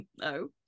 No